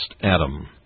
ADAM